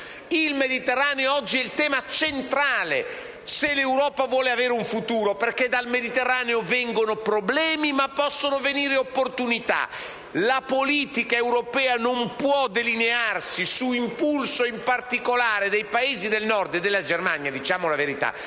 Il Mediterraneo è oggi tema centrale se l'Europa vuole avere un futuro, perché da esso vengono problemi ma possono venire opportunità. La politica europea non può delinearsi, su impulso in particolare dei Paesi del Nord - e della Germania, diciamo la verità,